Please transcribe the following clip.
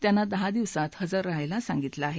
त्यांना दहा दिवसात हजर रहायला सांगितलं आहे